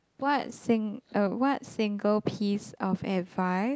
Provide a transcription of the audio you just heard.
what sing~ uh what single piece of advice